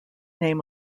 name